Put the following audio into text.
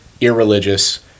irreligious